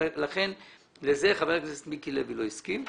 לכן חבר הכנסת מיקי לוי לא הסכים לזה.